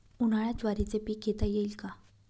उन्हाळ्यात ज्वारीचे पीक घेता येईल का?